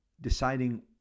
deciding